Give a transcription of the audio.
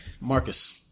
Marcus